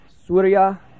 Surya